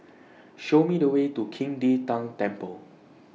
Show Me The Way to Qing De Tang Temple